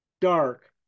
dark